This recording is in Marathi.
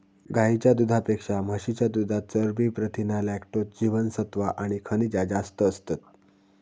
गाईच्या दुधापेक्षा म्हशीच्या दुधात चरबी, प्रथीना, लॅक्टोज, जीवनसत्त्वा आणि खनिजा जास्त असतत